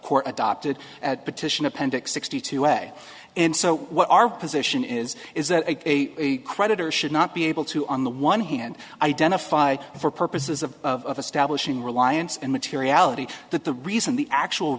court adopted at petition appendix sixty two way and so what our position is is that a creditor should not be able to on the one hand identify for purposes of stablish in reliance and materiality that the reason the actual